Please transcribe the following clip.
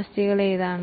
അസറ്റാണ്